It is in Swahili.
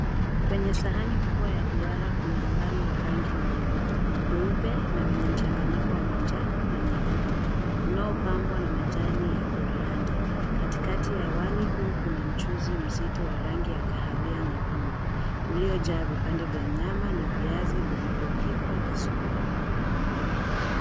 Kwenye sahani kubwa ya duara kuna wali wa rangi mbili, mweupe, na wenye mchanganyiko wa manjano na nyekundu. Unaopambwa na majani ya coriander . Katikati ya wali huu kuna mchuuzi mzito wa rangi ya kahawia nyekundu uliojaa vipande vya nyama na viazi vilivyopikwa vizuri.